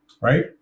right